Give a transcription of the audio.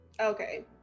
Okay